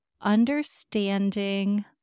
understanding